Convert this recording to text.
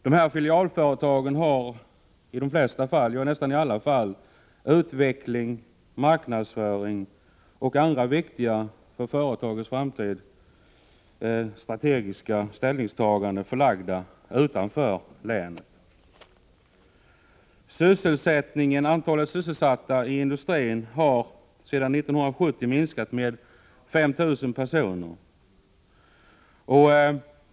De här filialföretagen har i de flesta, ja, nästan alla fall, utveckling, marknadsföring och andra för företagets framtid strategiskt viktiga ställningstaganden förlagda utanför länet. Antalet sysselsatta i industrin har sedan 1970 minskat med 5 000 personer.